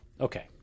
okay